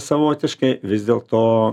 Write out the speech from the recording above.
savotiškai vis dėl to